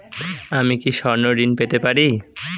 আমি কি স্বর্ণ ঋণ পেতে পারি?